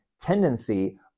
tendency